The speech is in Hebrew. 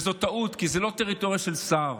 וזאת טעות, כי זו לא טריטוריה של שר,